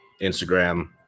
Instagram